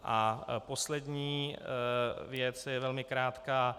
A poslední věc je velmi krátká.